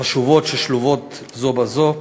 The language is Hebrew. חשובות ששלובות זו בזו.